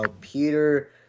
Peter